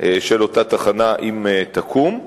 של אותה תחנה, אם תקום.